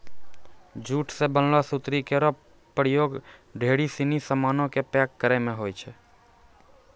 jute सें बनलो सुतरी केरो प्रयोग ढेरी सिनी सामानो क पैक करय म होय छै